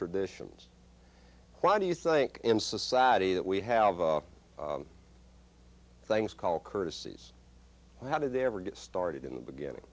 traditions why do you think in society that we have things called courtesies how do they ever get started in the beginning